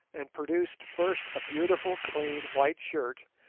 and produced first a beautiful clean white shirt,